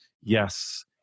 Yes